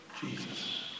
Jesus